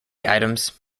items